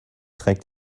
trägt